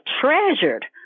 treasured